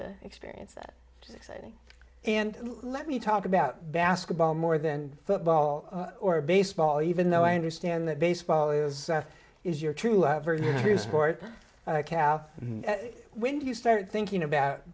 to experience that exciting and let me talk about basketball more than football or baseball even though i understand that baseball is is your true love for your sport caffe when do you start thinking about